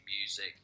music